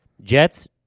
Jets